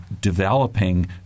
developing